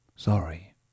Sorry